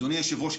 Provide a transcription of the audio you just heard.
אדוני היושב-ראש,